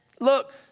Look